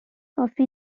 کافی